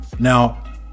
Now